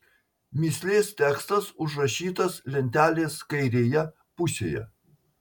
mįslės tekstas užrašytas lentelės kairėje pusėje